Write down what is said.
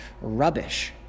rubbish